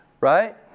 right